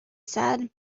said